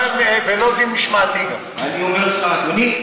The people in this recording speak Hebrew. וגם לא דין משמעתי, אני אומר לך, אדוני.